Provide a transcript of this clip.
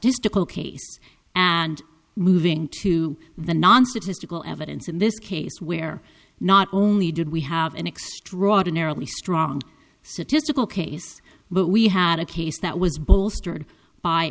statistical case and moving to the nonstick his tickle evidence in this case where not only did we have an extraordinarily strong statistical case but we had a case that was bolstered by